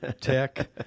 Tech